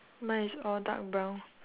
mine is all dark brown